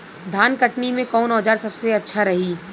धान कटनी मे कौन औज़ार सबसे अच्छा रही?